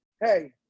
hey